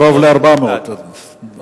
קרוב ל-400 תחנות.